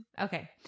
Okay